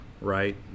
right